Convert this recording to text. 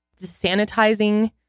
sanitizing